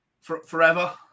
forever